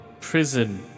prison